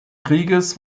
krieges